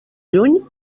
lluny